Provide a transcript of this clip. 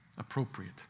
appropriate